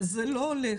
זה לא הולך.